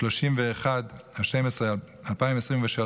31 בדצמבר 2023,